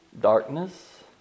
darkness